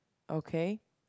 okay